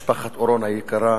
משפחת אורון היקרה,